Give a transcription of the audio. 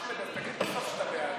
אחמד, אז תגיד עכשיו שאתה בעד.